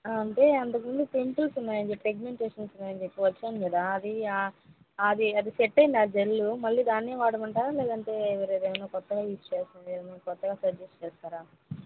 అంటే అంతకుముందు పింపుల్స్ ఉన్నాయని పిగ్మెంటేషన్స్ ఉన్నాయని అప్పుడు వచ్చాను కదా అది అది అది సెట్ అయిండి ఆ జెల్ మళ్ళీ దాన్నే వాడమంటారా లేదంటే ఏమైనా కొత్తది యూస్ చేసింది ఏమైనా కొత్తగా సజెస్ట్ చేస్తారా